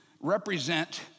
represent